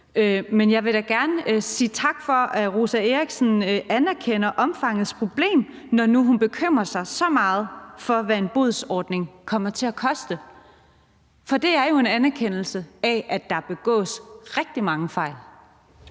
Men jeg vil da gerne sige tak for, at Rosa Eriksen anerkender problemets omfang, når nu hun bekymrer sig så meget for, hvad en bodsordning kommer til at koste, for det er jo en anerkendelse af, at der begås rigtig mange fejl.